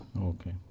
Okay